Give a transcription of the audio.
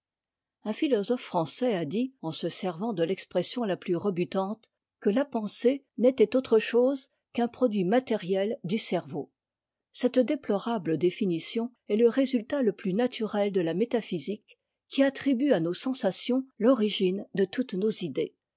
un philosophe français a dit en se servant de l'expression la plus rebutante que la pensée e h autre chose qu'un produit matériel du cerveau cette déplorabte débnition est le résultat le plus nature de la métaphysique qui attribue à nos sensations l'origine de toutes nos idées